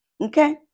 Okay